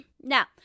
Now